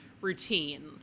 routine